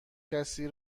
کسی